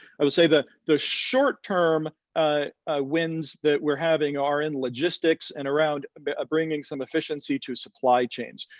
i would say the the short term ah ah wins that we're having are in logistics and around but bringing some efficiency to supply chains.